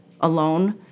alone